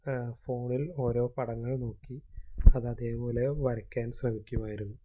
ഫോണിൽ ഓരോ പടങ്ങൾ നോക്കി അതതേപോലെ വരയ്ക്കാൻ ശ്രമിക്കുമായിരുന്നു